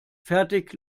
fertig